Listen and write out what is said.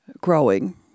growing